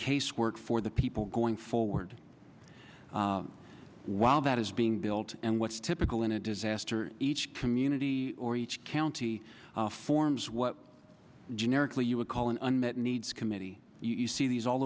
case work for the people going forward while that is being built and what's typical in a disaster each community or each county forms what generically you would call an unmet needs committee you see these all